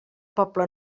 poble